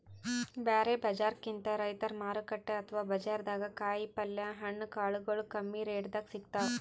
ಬ್ಯಾರೆ ಬಜಾರ್ಕಿಂತ್ ರೈತರ್ ಮಾರುಕಟ್ಟೆ ಅಥವಾ ಬಜಾರ್ದಾಗ ಕಾಯಿಪಲ್ಯ ಹಣ್ಣ ಕಾಳಗೊಳು ಕಮ್ಮಿ ರೆಟೆದಾಗ್ ಸಿಗ್ತಾವ್